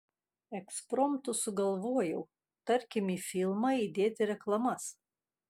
ekspromtu sugalvojau tarkim į filmą įdėti reklamas